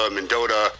Mendota